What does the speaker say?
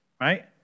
right